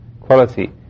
quality